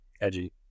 Edgy